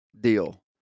deal